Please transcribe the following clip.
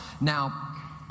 Now